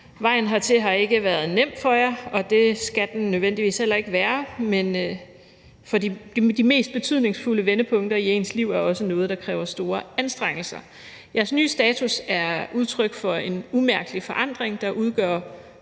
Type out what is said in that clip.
Vejen hertil har ikke været nem for jer, og det skal den nødvendigvis heller ikke være, men de mest betydningsfulde vendepunkter i ens liv er også noget, der kræver store anstrengelser. Jeres nye status er udtryk for en umærkelig forandring, der udgør